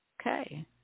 Okay